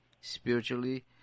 spiritually